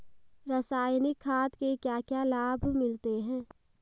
रसायनिक खाद के क्या क्या लाभ मिलते हैं?